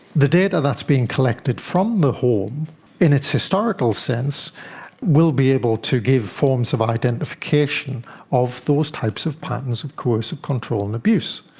the data that's being collected from the home in its historical sense will be able to give forms of identification of those types of patterns of coercive control and abuse.